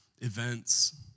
events